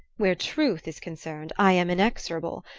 where truth is concerned i am inexorable,